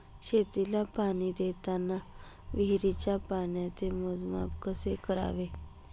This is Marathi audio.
शेतीला पाणी देताना विहिरीच्या पाण्याचे मोजमाप कसे करावे?